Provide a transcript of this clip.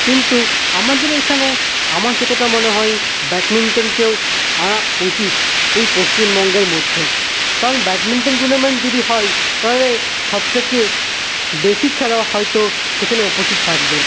কিন্তু আমাদের এইখানে আমার যতটা মনে হয় ব্যাটমিন্টনকেও আনা উচিৎ এই পশ্চিমবঙ্গের মধ্যে কারণ ব্যাটমিন্টন টুর্নামেণ্ট যদি হয় তাহলে সব থেকে বেশী খেলা হয়তো সেখানে উপস্থিত থাকবে